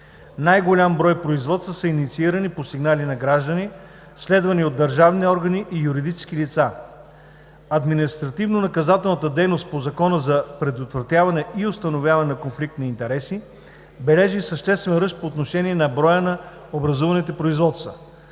Най-голям брой производства са инициирани по сигнали на граждани, следвани от държавни органи и юридически лица. Административнонаказателната дейност по Закона за предотвратяване и установяване на конфликт на интереси бележи съществен ръст по отношение на броя на образуваните производства.